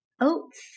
Oats